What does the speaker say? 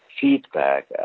feedback